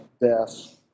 death